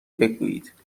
بگویید